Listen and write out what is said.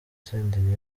senderi